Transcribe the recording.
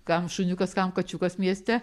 kam šuniukas kam kačiukas mieste